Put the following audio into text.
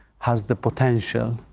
has the potential,